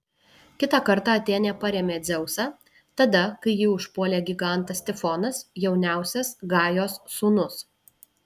kitą kartą atėnė parėmė dzeusą tada kai jį užpuolė gigantas tifonas jauniausias gajos sūnus